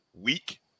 week